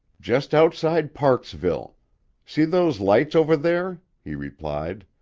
just outside parksville see those lights over there? he replied.